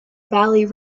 valley